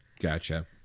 Gotcha